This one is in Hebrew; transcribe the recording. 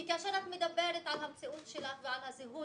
כי כאשר את מדברת על המציאות שלך ועל הזהות